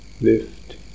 lift